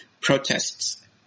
protests